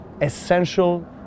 essential